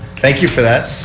thank you for that.